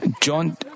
John